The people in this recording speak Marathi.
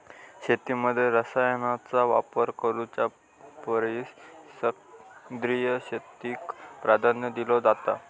शेतीमध्ये रसायनांचा वापर करुच्या परिस सेंद्रिय शेतीक प्राधान्य दिलो जाता